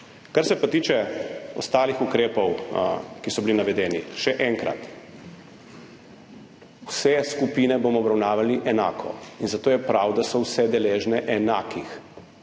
Kar se pa tiče ostalih ukrepov, ki so bili navedeni, še enkrat, vse skupine bomo obravnavali enako in zato je prav, da so vse deležne enakih,